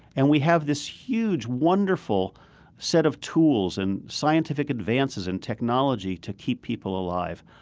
and we have this huge, wonderful set of tools and scientific advances in technology to keep people alive.